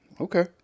okay